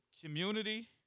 community